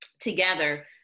together